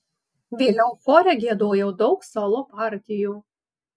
vėliau chore giedojau daug solo partijų